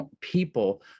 People